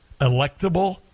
electable